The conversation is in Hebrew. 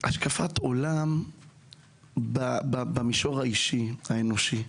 השקפת עולם במישור האישי, האנושי.